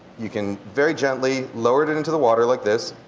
you can very gently lower it it into the water like this